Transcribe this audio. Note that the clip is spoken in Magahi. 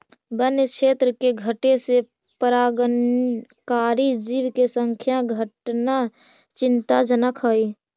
वन्य क्षेत्र के घटे से परागणकारी जीव के संख्या घटना चिंताजनक हइ